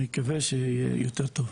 אני מקווה שיהיה יותר טוב.